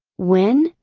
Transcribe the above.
when,